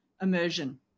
Immersion